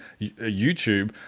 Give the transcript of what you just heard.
YouTube